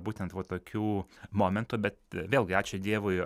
būtent va tokių momentų bet vėlgi ačiū dievui